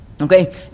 Okay